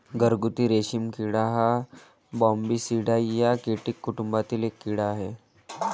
घरगुती रेशीम किडा हा बॉम्बीसिडाई या कीटक कुटुंबातील एक कीड़ा आहे